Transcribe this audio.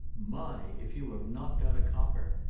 my! if you have not got a copper.